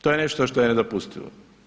To je nešto što je nedopustivo.